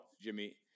Jimmy